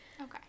Okay